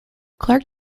clark